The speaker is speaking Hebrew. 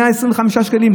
125 שקלים.